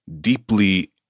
deeply